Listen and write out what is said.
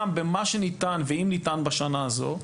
גם במה שניתן ואם ניתן, בשנה הזאת.